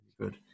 Good